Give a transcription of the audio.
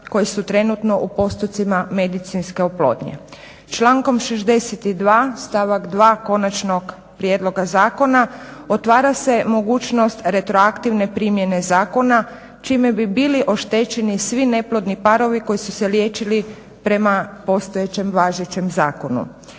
koji su trenutno u postupcima medicinske oplodnje. Člankom 62. stavak 2. konačnog prijedloga zakona otvara se mogućnost retroaktivne primjene zakona čime bi bili oštećeni svi neplodni parovi koji su se liječili prema postojećem važećem zakonu